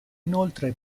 inoltre